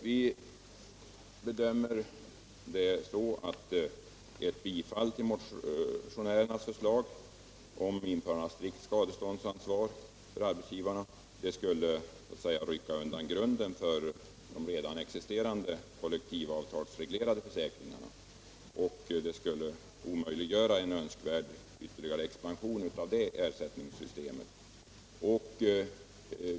Vi bedömer att ett bifall till motionärernas förslag om införande av strikt skadeståndsansvar för arbetsgivarna skulle rycka undan grunden för de redan existerande kollektivavtalsreglerade försäkringarna, och det skulle omöjliggöra en önskvärd ytterligare expansion av det ersättningssystemet.